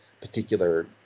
particular